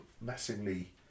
massively